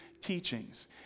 teachings